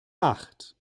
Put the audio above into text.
acht